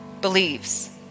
believes